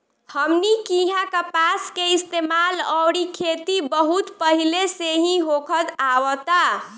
हमनी किहा कपास के इस्तेमाल अउरी खेती बहुत पहिले से ही होखत आवता